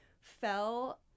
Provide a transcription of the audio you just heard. fell